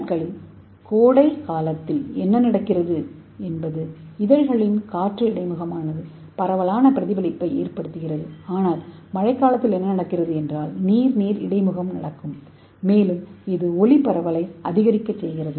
வெயில் காலத்தில் கோடை காலத்தில் என்ன நடக்கிறது என்றால் இதழ்களின் காற்று இடைமுகமானது பரவலான பிரதிபலிப்பை ஏற்படுத்துகிறது ஆனால் மழைக்காலத்தில் என்ன நடக்கிறது என்றால் நீர் நீர் இடைமுகம் நடக்கும் மேலும் இது ஒளி பரவலை அதிகரிக்கச் செய்கிறது